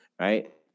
right